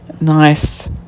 nice